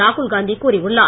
ராகுல் காந்தி கூறியுள்ளார்